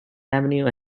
avenue